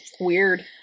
weird